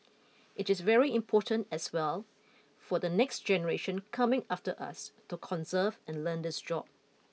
it is very important as well for the next generation coming after us to conserve and learn this job